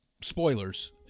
Spoilers